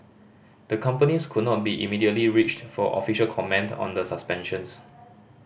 the companies could not be immediately reached for official comment on the suspensions